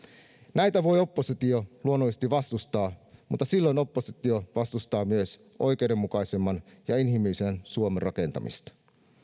näitä voi oppositio luonnollisesti vastustaa mutta silloin oppositio vastustaa myös oikeudenmukaisemman ja inhimillisemmän suomen rakentamista